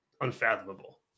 unfathomable